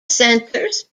centers